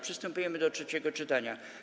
Przystępujemy do trzeciego czytania.